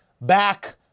back